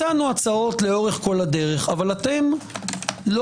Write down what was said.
הצענו הצעות לכל אורך הדרך אבל אתם לא